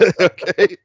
Okay